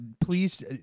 Please